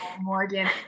Morgan